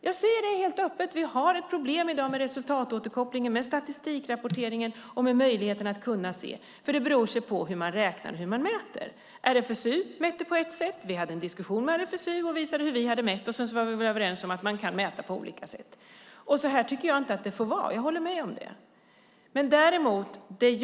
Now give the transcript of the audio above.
Jag säger det helt öppet: Vi har problem i dag med resultatåterkoppling, med statistikrapporteringen och möjligheterna att se. Det beror på hur man räknar och mäter. RFSU mäter på ett sätt. Vi hade en diskussion med RFSU och visade hur vi hade mätt. Sedan var vi överens om att man kan mäta på olika sätt. Jag håller med om att det inte får vara så.